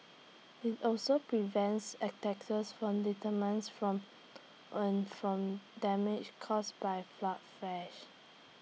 IT also prevents attacks from termites from an from damage caused by flood fresh